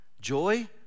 Joy